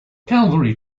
calvary